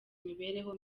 imibereho